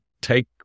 take